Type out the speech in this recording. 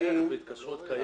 גם בהתקשרות קיימת?